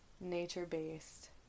nature-based